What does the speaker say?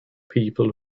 people